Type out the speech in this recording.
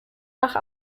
nach